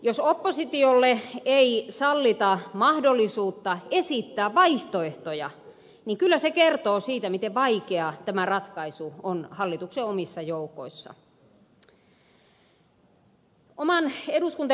jos oppositiolle ei sallita mahdollisuutta esittää vaihtoehtoja niin kyllä se kertoo siitä miten vaikea tämä ratkaisu on hallituksen omissa joukoissa